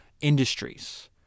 industries